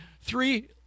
three